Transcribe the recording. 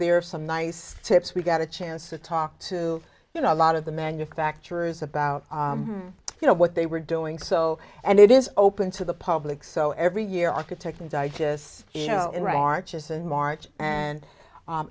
there some nice tips we got a chance to talk to you know a lot of the manufacturers about you know what they were doing so and it is open to the public so every year architect